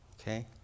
okay